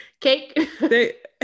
cake